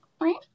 right